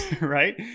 Right